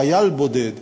חייל בודד,